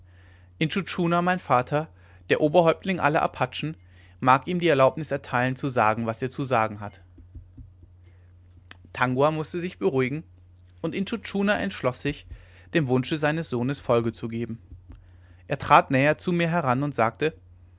intschu tschuna mein vater der oberhäuptling aller apachen mag ihm die erlaubnis erteilen zu sagen was er zu sagen hat tangua mußte sich beruhigen und intschu tschuna entschloß sich dem wunsche seines sohnes folge zu geben er trat näher zu mir heran und sagte